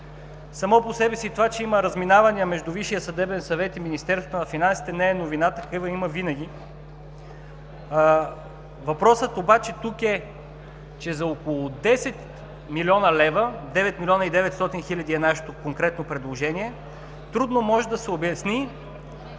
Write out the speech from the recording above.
Само по себе си това, че има разминаване между Висшия съдебен съвет и Министерството на финансите не е новина, такива има винаги. Въпросът обаче тук е, че за около 10 млн. лв. – 9 млн. 900 хил. лв. е нашето конкретно предложение, трудно може да се обясни